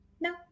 No